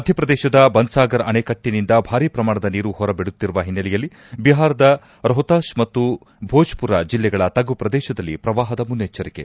ಮಧ್ಯಪ್ರದೇಶದ ಬನ್ನಾಗರ್ ಅಣೆಕಟ್ಟನಿಂದ ಭಾರಿ ಪ್ರಮಾಣದ ನೀರು ಹೊರಬಿಡುತ್ತಿರುವ ಹಿನ್ನೆಲೆಯಲ್ಲಿ ಬಿಹಾರದ ರೋಹ್ತಾಷ್ ಮತ್ತು ಬೋಜ್ವುರ ಜಿಲ್ಲೆಗಳ ತಗ್ಗು ಪ್ರದೇಶದಲ್ಲಿ ಪ್ರವಾಹದ ಮುನೈಚ್ಚರಿಕೆ